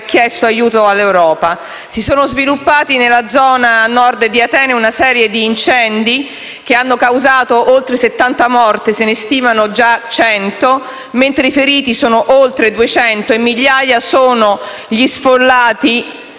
chiesto aiuto all'Europa. Si sono sviluppati nella zona a Nord di Atene una serie di incendi che hanno causato oltre 70 morti (se ne stimano già 100), mentre i feriti sono oltre 200 e migliaia sono gli sfollati.